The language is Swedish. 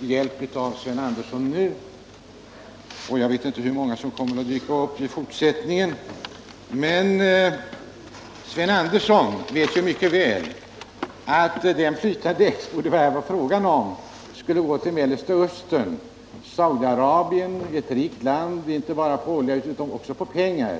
hjälp av Sven Andersson i Örebro nu, och jag vet inte hur många som kommer att dyka upp i fortsättningen. Sven Andersson vet mycket väl att den flytande expo det var fråga om skulle gå till Mellersta Östern. Saudi-Arabien är ett rikt land, inte bara på olja utan också på pengar.